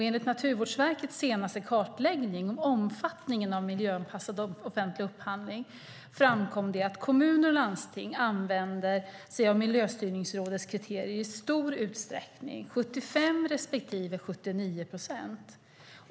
Enligt Naturvårdsverkets senaste kartläggning om omfattningen av miljöanpassad offentlig upphandling framkommer att kommuner och landsting i stor utsträckning använder sig av Miljöstyrningsrådets kriterier, 75 respektive 79 procent.